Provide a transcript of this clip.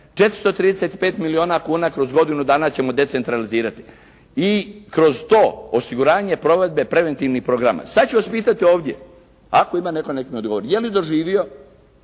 435 milijuna kuna kroz godinu dana ćemo decentralizirati i kroz to osiguranje provedbe preventivnih programa. Sad ću vas pitati ovdje, ako ima netko nek' mi odgovori, je li doživio